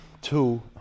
two